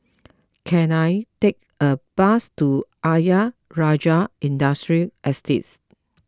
can I take a bus to Ayer Rajah Industrial Estate